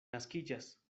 naskiĝas